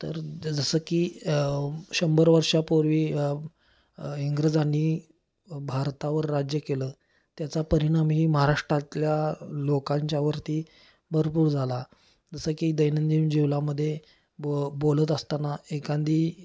तर जसं की शंभर वर्षापूर्वी इंग्रजांनी भारतावर राज्य केलं त्याचा परिणाम ही महाराष्ट्रातल्या लोकांच्यावरती भरपूर झाला जसं की दैनंदिन जीवलामध्ये ब बोलत असताना एखादी